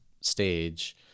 stage